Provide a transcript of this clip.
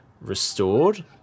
restored